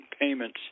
payments